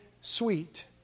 sweet